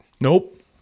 Nope